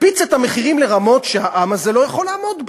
הקפיץ את המחירים לרמות שהעם הזה לא יכול לעמוד בהן.